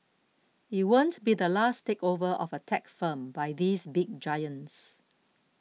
it won't be the last takeover of a tech firm by these big giants